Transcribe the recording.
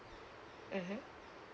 mmhmm